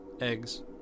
eggs